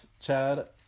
Chad